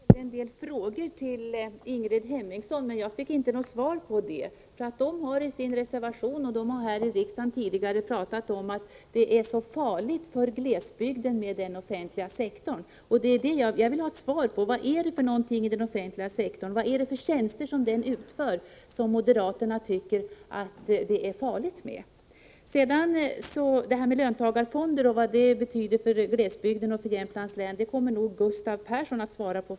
Fru talman! Jag ställde en del frågor till Ingrid Hemmingsson men fick inget svar. Moderaterna har i sin reservation och här i riksdagen tidigare talat om hur farlig den offentliga sektorn är för glesbygden. Jag vill ha ett svar på frågan: Vilka tjänster som utförs av den offentliga sektorn är det som moderaterna tycker är farliga? Vad löntagarfonderna betyder för glesbygden och för Jämtlands län kommer Gustav Persson att svara på.